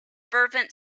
fervent